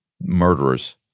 murderers